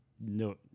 no